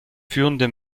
führende